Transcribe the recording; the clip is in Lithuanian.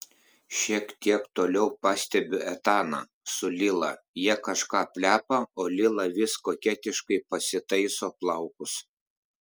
šiek tiek toliau pastebiu etaną su lila jie kažką plepa o lila vis koketiškai pasitaiso plaukus